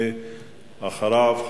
ואחריו,